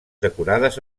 decorades